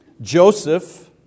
Joseph